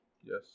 yes